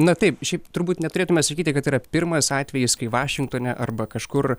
na taip šiaip turbūt neturėtume sakyti kad yra pirmas atvejis kai vašingtone arba kažkur